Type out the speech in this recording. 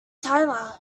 tyler